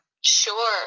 Sure